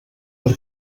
per